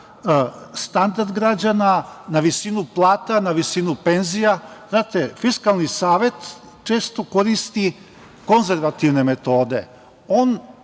standard građana, na visinu plata, na visinu penzija. Znate, Fiskalni savet često koristi konzervativne metode.